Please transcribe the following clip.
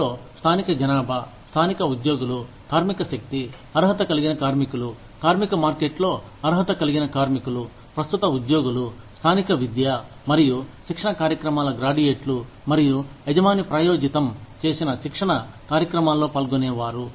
అందులో స్థానిక జనాభా స్థానిక ఉద్యోగులు కార్మిక శక్తి అర్హత కలిగిన కార్మికులు కార్మిక మార్కెట్లో అర్హత కలిగిన కార్మికులు ప్రస్తుత ఉద్యోగులు స్థానిక విద్య మరియు శిక్షణ కార్యక్రమాల గ్రాడ్యుయేట్లు మరియు యజమాని ప్రాయోజితం చేసిన శిక్షణ కార్యక్రమాల్లో పాల్గొనేవారు